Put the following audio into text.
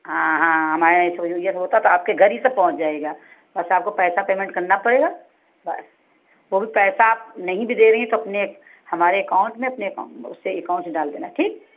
हाँ हाँ हमारे यहाँ कोरियर होता आपके घर ही सब पहुँच जाएगा बस आपको पैसा पेमेंट करना पड़ेगा बस वह भी पैसा आप नहीं भी दे रही है तो अपने हमारे अकाउंट में अपने उससे अकाउंट से डाल देना ठीक